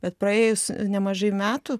bet praėjus nemažai metų